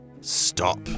stop